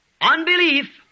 Unbelief